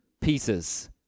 pieces